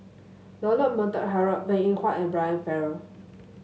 Leonard Montague Harrod Png Eng Huat and Brian Farrell